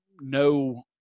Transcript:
no